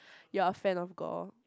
you are a fan of gore